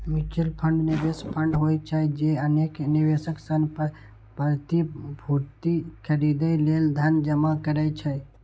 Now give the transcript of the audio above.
mutual fund निवेश fund होइ छै, जे अनेक निवेशक सं प्रतिभूति खरीदै लेल धन जमा करै छै